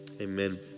amen